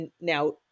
now